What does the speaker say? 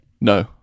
No